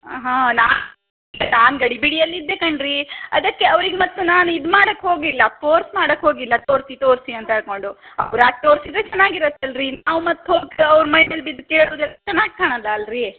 ಹಾಂ ನಾ ನಾನು ಗಡಿಬಿಡಿಯಲಿದ್ದೆ ಕಣ್ರೀ ಅದಕ್ಕೆ ಅವ್ರಿಗೆ ಮತ್ತು ನಾನು ಇದು ಮಾಡಕ್ಕೆ ಹೋಗಿಲ್ಲ ಫೋರ್ಸ್ ಮಾಡಕ್ಕೆ ಹೋಗಿಲ್ಲ ತೋರಿಸಿ ತೋರಿಸಿ ಅಂತ ಹೇಳ್ಕೊಂಡು ಅವ್ರಾಗಿ ತೋರಿಸಿದ್ರೆ ಚೆನ್ನಾಗಿರತ್ತಲ್ರೀ ನಾವು ಮತ್ತೆ ಹೋಗಿ ಅವ್ರ ಮೈಮೇಲೆ ಬಿದ್ದು ಕೇಳುದಷ್ಟು ಚೆನ್ನಾಗಿ ಕಾಣೋಲ್ಲ ಅಲ್ಲ ರೀ